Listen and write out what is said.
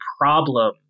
problem